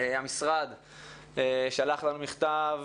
משרד החינוך שלח לוועדת החינוך מכתב